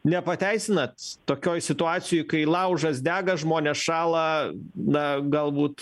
nepateisinat tokioj situacijoj kai laužas dega žmonės šąla na galbūt